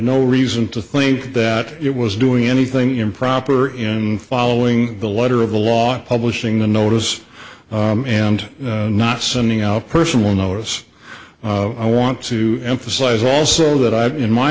no reason to think that it was doing anything improper in following the letter of the law and publishing the notice and not sending out personal notice i want to emphasize also that i've